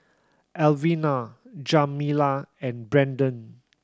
Alvina Jamila and Brandon